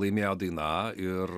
laimėjo daina ir